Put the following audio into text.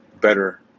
better